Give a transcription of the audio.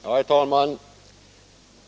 Herr talman!